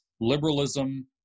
liberalism